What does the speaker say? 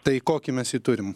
tai kokį mes jį turim